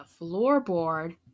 floorboard